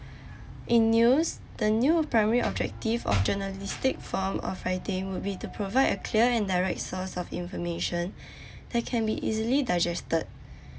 in news the new primary objective of journalistic form of writing would be to provide a clear and direct source of information that can be easily digested